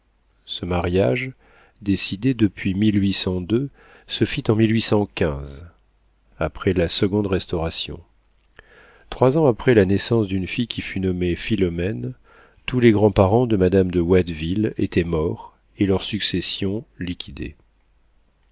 ce mariage décidé depuis se fit en après la seconde restauration trois ans après la naissance d'une fille qui fut nommée philomène tous les grands parents de madame de watteville étaient morts et leurs successions liquidées